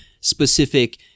specific